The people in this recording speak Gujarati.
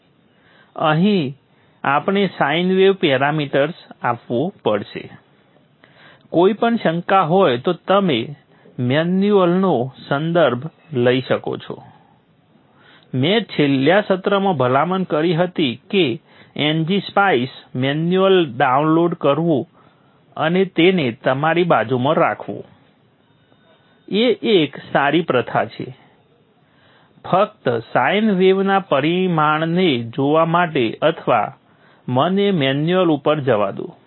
તેથી અહીં આપણે સાઇન વેવ પેરામીટર આપવું પડશે કોઈપણ શંકા હોય તો તમે મેન્યુઅલનો સંદર્ભ લઈ શકો છો મેં છેલ્લા સત્રમાં ભલામણ કરી હતી કે n g spice manual download કરવું અને તેને તમારી બાજુમાં રાખવું એ એક સારી પ્રથા છે ફક્ત સાઇન વેવના પરિમાણને જોવા માટે અથવા મને મેન્યુઅલ ઉપર જવા દો